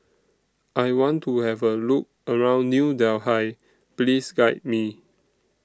I want to Have A Look around New Delhi Please Guide Me